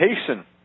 hasten